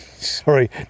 Sorry